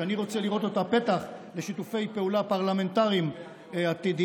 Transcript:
שאני רוצה לראות בה פתח לשיתופי פעולה פרלמנטריים עתידיים,